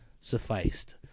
sufficed